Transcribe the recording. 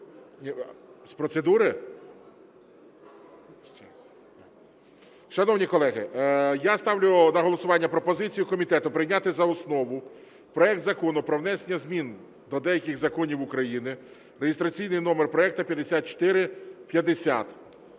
З процедури? Шановні колеги, я ставлю на голосування пропозицію комітету прийняти за основу проект Закону про внесення змін до деяких законів України (реєстраційний номер проекту 5450)